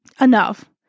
enough